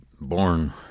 born